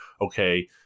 okay